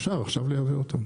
אפשר עכשיו לייבא אותם.